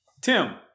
Tim